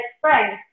friends